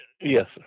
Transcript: Yes